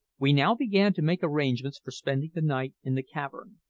we now began to make arrangements for spending the night in the cavern.